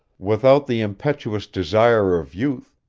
without the impetuous desire of youth,